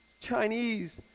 Chinese